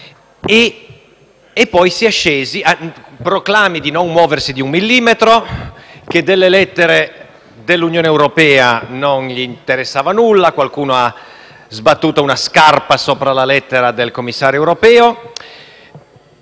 annunci, con proclami di non muoversi di un millimetro, dicendo che delle lettere dell'Unione europea non interessava nulla; qualcuno ha sbattuto una scarpa sopra la lettera del commissario europeo;